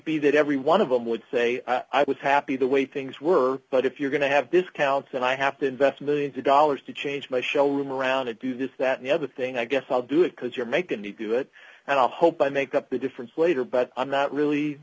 be that every one of them would say i was happy the way things were but if you're going to have discounts and i have to invest millions of dollars to change my showroom around to do this that the other thing i guess i'll do it because you're making me do it and i hope i make up the difference later but i'm not really